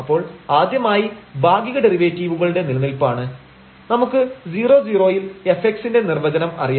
അപ്പോൾ ആദ്യമായി ഭാഗിക ഡെറിവേറ്റീവുകളുടെ നിലനിൽപ്പാണ് നമുക്ക് 00ൽ fx ന്റെ നിർവചനം അറിയാം